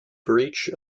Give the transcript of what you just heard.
breach